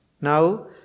Now